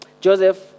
Joseph